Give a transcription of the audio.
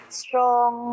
strong